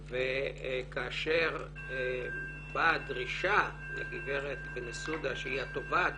וכאשר באה דרישה לגברת בנסודה, שהיא התובעת